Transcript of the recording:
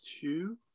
Two